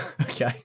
Okay